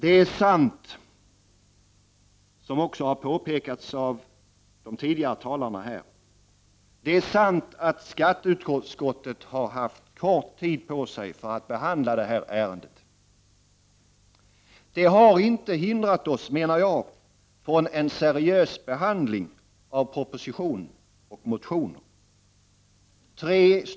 Det är sant, som också har påpekats av de tidigare talarna, att skatteutskottet har haft kort tid på sig för att behandla detta ärende. Det har emellertid inte hindrat oss från en seriös behandling av proposition och motioner.